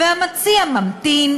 והמציע ממתין,